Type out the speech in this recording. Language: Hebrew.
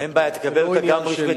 אין בעיה, אתה תקבל אותה גם רשמית.